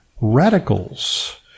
radicals